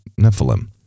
Nephilim